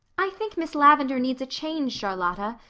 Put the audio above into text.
i think miss lavendar needs a change, charlotta.